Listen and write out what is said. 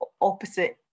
opposite